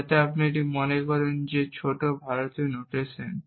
যাতে আপনি এটি মনে করতে পারেন ছোট ভারতীয় নোটেশন